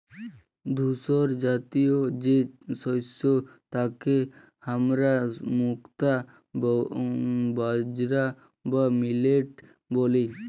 ধূসরজাতীয় যে শস্য তাকে হামরা মুক্তা বাজরা বা মিলেট ব্যলি